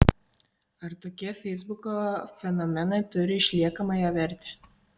ar tokie feisbuko fenomenai turi išliekamąją vertę